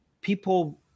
people